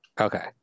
Okay